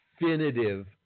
definitive